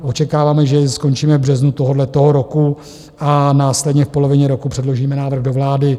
Očekáváme, že ji skončíme v březnu tohoto roku a následně v polovině roku předložíme návrh do vlády.